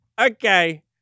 Okay